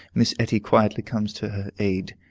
miss etty quietly comes to her aid.